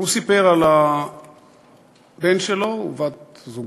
הוא סיפר על הבן שלו ובת-זוגו.